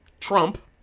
Trump